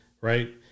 right